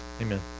Amen